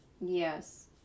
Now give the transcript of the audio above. yes